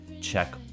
check